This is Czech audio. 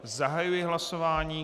Zahajuji hlasování.